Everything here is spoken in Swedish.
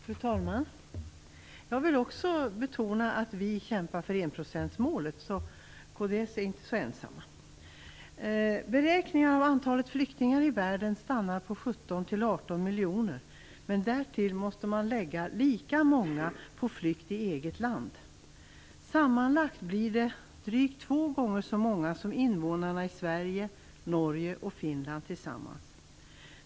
Fru talman! Jag vill också betona att vi kämpar för enprocentsmålet. Kds är inte så ensamt. Beräkningar av antalet flyktingar i världen stannar på 17-18 miljoner, men därtill måste man lägga lika många på flykt i eget land. Sammanlagt blir det drygt två gånger så många som invånarna i Sverige, Norge och Finland tillsammans.